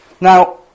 Now